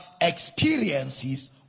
experiences